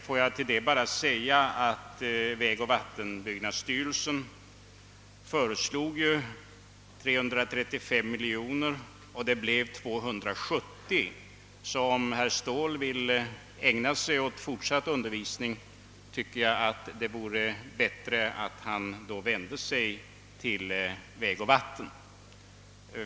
Får jag till det bara säga att vägoch vattenbyggnadsstyrelsen föreslog 335 miljoner och det blev 270 miljoner. Om herr Ståhl vill ägna sig åt fortsatt undervisning, vore det därför bättre att han vände sig till vägoch vattenbyggnadsstyrelsen.